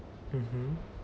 mmhmm